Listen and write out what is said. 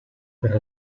per